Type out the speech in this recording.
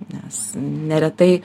nes neretai